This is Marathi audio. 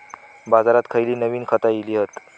बाजारात खयली नवीन खता इली हत?